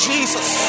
Jesus